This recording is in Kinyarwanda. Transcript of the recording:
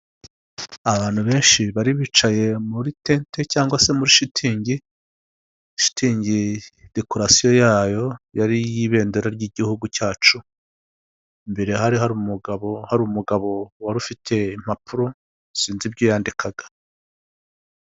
Abantu benshi bari bicaye muri tente cyangwa se muri shitingi shitingi dekorarasiyo yayo yari iy'ibendera ry'igihugu cyacu mbere hari hari umugabo hari umugabo wari ufite impapuro sinzi ibyo yandikaga.